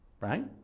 right